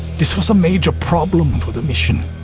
this was a major problem for the mission.